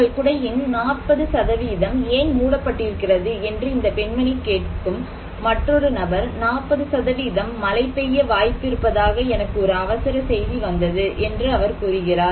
உங்கள் குடையின் 40 ஏன் மூடப்பட்டிருக்கிறது என்று இந்த பெண்மணி கேட்கும் மற்றொரு நபர் 40 மழை பெய்ய வாய்ப்பு இருப்பதாக எனக்கு ஒரு அவசர செய்தி வந்தது என்று அவர் கூறினார்